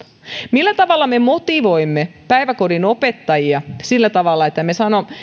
millä tavalla me motivoimme päiväkodin opettajia sillä tavalla että me